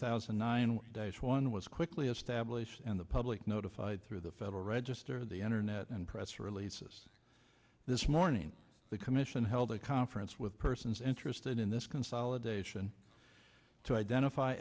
thousand and nine days one was quickly established and the public notified through the federal register the internet and press release this morning the commission held a conference with persons interested in this consolidation to identify